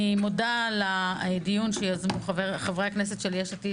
אני מודה לדיון שיזמו חברי הכנסת של יש עתיד,